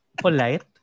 Polite